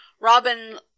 Robin